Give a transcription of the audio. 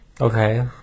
Okay